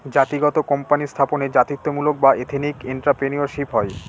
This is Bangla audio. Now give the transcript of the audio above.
জাতিগত কোম্পানি স্থাপনে জাতিত্বমূলক বা এথেনিক এন্ট্রাপ্রেনিউরশিপ হয়